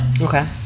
Okay